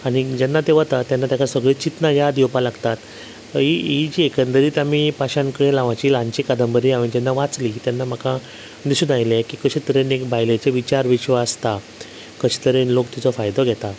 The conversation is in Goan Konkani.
आनीक जेन्ना तें वता तेका सगलींच चिंतनां याद येवपा लागता ही जी एकंदरीत आमी पाशाणकळी नांवाची ल्हानशी कादंबरी हांवें जेन्ना वाचलीं तेन्ना म्हाका दिसून आयलें की कशेतरेन एक बायलेचें विचार विश्व आसता कशे तरेन लोक तिचो फायदो घेता